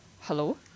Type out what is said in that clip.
Hello